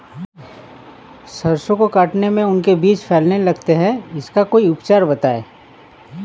सरसो को काटने में उनके बीज फैलने लगते हैं इसका कोई उपचार बताएं?